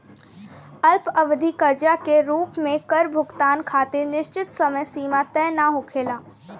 अल्पअवधि कर्जा के रूप में कर भुगतान खातिर निश्चित समय सीमा तय ना होखेला